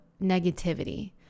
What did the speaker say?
negativity